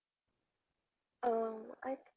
uh I